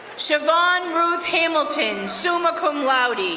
chavon ruth hamilton, summa cum laude,